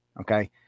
Okay